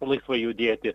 laisvai judėti